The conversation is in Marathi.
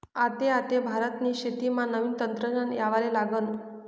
आते आते भारतनी शेतीमा नवीन तंत्रज्ञान येवाले लागनं